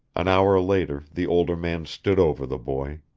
an hour later the older man stood over the boy.